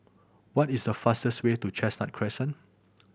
what is the fastest way to Chestnut Crescent